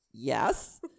yes